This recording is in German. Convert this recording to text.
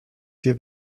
hier